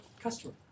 Customer